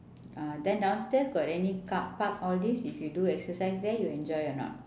ah then downstairs got any car park all these if you do exercise there you enjoy or not